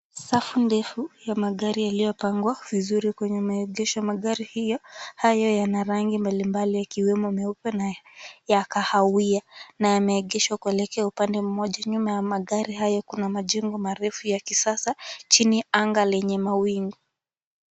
Safu ndefu ya magari yaliyopangwa vizuri kwenye maegesho , magari hio , haya yana rangi mbali mbali yakiwemo meupe na ya kahawia na yameegeshwa kuelekea upande mmoja. Nyuma ya magari hayo kuna majengo marefu ya kisasa, chini anga lenye mawingu.